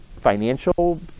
financial